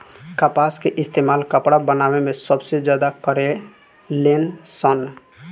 कपास के इस्तेमाल कपड़ा बनावे मे सबसे ज्यादा करे लेन सन